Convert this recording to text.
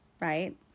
Right